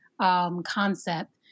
concept